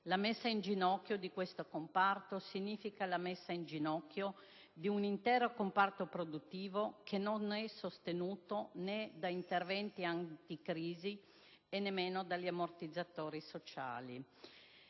La messa in ginocchio di questo comparto significa la messa in ginocchio di un intero comparto produttivo, che non è sostenuto né da interventi anticrisi e nemmeno dagli ammortizzatori sociali.